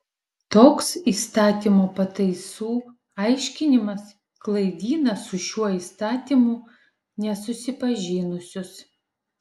toks įstatymo pataisų aiškinimas klaidina su šiuo įstatymu nesusipažinusius